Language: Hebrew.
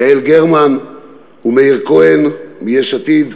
יעל גרמן ומאיר כהן מיש עתיד,